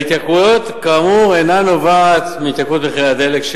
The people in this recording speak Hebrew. ההתייקרות כאמור אינה נובעת מהתייקרות מחירי הדלק,